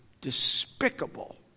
despicable